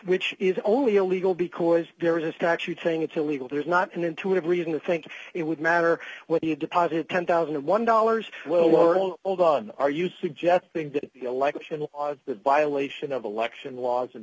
which is only illegal because there is a statute saying it's illegal there's not an intuitive reason to think it would matter what do you deposit ten thousand and one dollars well or all done are you suggesting that the violation of election laws and